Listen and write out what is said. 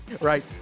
Right